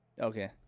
Okay